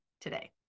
today